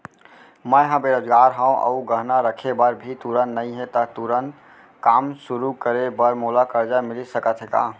मैं ह बेरोजगार हव अऊ गहना रखे बर भी तुरंत नई हे ता तुरंत काम शुरू करे बर मोला करजा मिलिस सकत हे का?